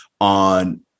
on